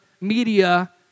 media